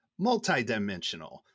multidimensional